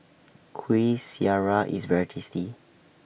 Kuih Syara IS very tasty